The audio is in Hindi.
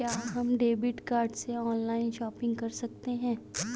क्या हम क्रेडिट कार्ड से ऑनलाइन शॉपिंग कर सकते हैं?